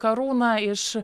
karūna iš